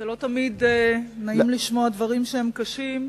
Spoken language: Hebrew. לא תמיד נעים לשמוע דברים קשים.